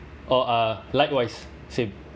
orh uh likewise same